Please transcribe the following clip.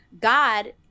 God